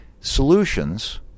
solutions